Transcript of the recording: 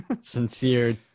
sincere